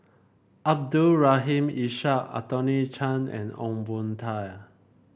Abdul Rahim Ishak Anthony Chen and Ong Boon Tat